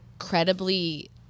incredibly